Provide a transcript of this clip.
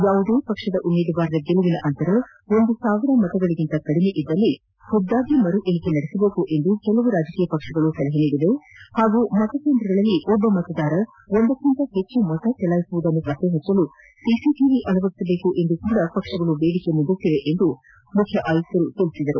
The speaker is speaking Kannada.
ಯಾವುದೇ ಪಕ್ಷದ ಉಮೇದುವಾರರ ಗೆಲುವಿನ ಅಂತರ ಒಂದು ಸಾವಿರ ಮತಗಳಗಿಂತ ಕಡಿಮೆಯಿದ್ದರೆ ಖುದ್ದಾಗಿ ಮರುಎಣಿಕೆ ನಡೆಸಬೇಕು ಎಂದು ಕೆಲವು ರಾಜಕೀಯ ಪಕ್ಷಗಳು ಸಲಹೆ ನೀಡಿವೆ ಹಾಗೂ ಮತಕೇಂದ್ರಗಳಲ್ಲಿ ಒಬ್ಬ ಮತದಾರ ಒಂದಕ್ಕಿಂತ ಹೆಚ್ಚು ಮತ ಚಲಾಯಿಸುವುದನ್ನು ಪತ್ತೆಪಚ್ಚಲು ಸಿಸಿಟಿವಿ ಅಳವಡಿಸಬೇಕು ಎಂದೂ ಸಹ ಪಕ್ಷಗಳು ಬೇಡಿಕೆ ಇಟ್ಟವೆ ಎಂದು ಮುಖ್ಯ ಆಯುಕ್ತರು ತಿಳಿಸಿದ್ದಾರೆ